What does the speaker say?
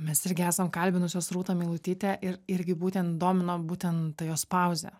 mes irgi esam kalbinusios rūtą meilutytę ir irgi būtent domino būtent ta jos pauzė